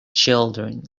children